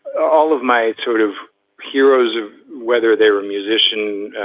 all of my sort of heroes of whether they were a musician,